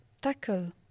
tackle